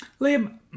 Liam